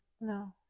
No